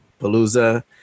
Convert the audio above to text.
Palooza